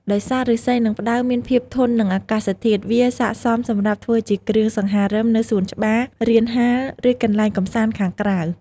ដោយសារឫស្សី និងផ្តៅមានភាពធន់នឹងអាកាសធាតុ វាស័ក្តិសមសម្រាប់ធ្វើជាគ្រឿងសង្ហារឹមនៅសួនច្បារ រានហាល ឬកន្លែងកម្សាន្តខាងក្រៅ។